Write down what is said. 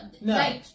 No